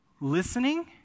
listening